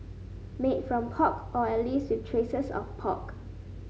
made from pork or at least with traces of pork